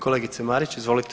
Kolegice Marić, izvolite.